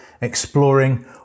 exploring